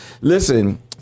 Listen